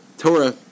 Torah